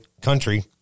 country